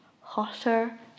hotter